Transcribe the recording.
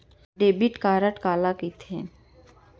Debit card काला कहिथे?